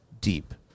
deep